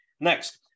Next